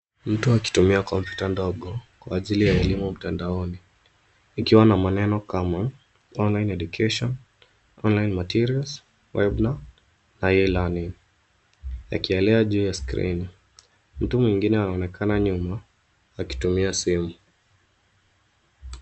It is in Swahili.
Mtu akitumia kompyuta ndogo kwa ajili ya elimu mtandaoni, ikiwa na maneno kama online education , online materials , webinar na e-learning yakielea juu ya skrini. Mtu mwengine anaonekana nyuma akitumia simu.